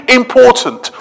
important